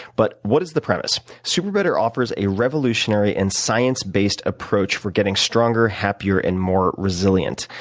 but what is the premise? superbetter offers a revolutionary and science-based approach for getting stronger, happier and more resilient.